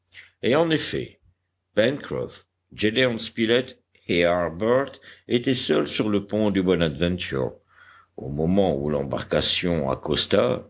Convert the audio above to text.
et en effet pencroff gédéon spilett et harbert étaient seuls sur le pont du bonadventure au moment où l'embarcation accosta